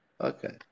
Okay